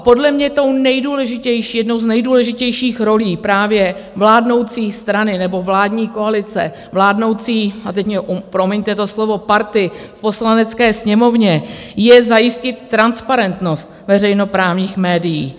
Podle mě tou nejdůležitější, jednou z nejdůležitějších rolí právě vládnoucí strany, nebo vládní koalice, vládnoucí a teď mi promiňte to slovo party v Poslanecké sněmovně je zajistit transparentnost veřejnoprávních médií.